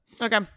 Okay